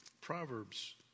Proverbs